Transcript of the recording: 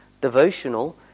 devotional